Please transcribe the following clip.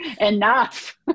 enough